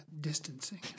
distancing